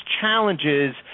challenges